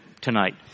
tonight